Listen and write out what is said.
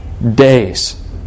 Days